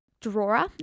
drawer